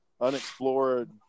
unexplored –